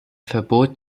verbot